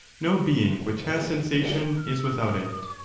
no being which has sensation is without it.